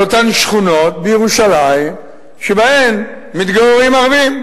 אותן שכונות בירושלים שבהן מתגוררים ערבים.